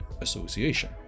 Association